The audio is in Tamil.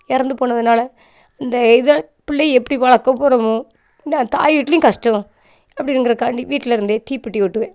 இறந்து போனதுனால் இந்த இதை பிள்ளைய எப்படி வளர்க்கப் போகிறோம் நான் தாய் வீட்லேயும் கஷ்டம் அப்படிங்கிறதுக்காண்டி வீட்டில் இருந்தேன் தீப்பெட்டி ஒட்டுவேன்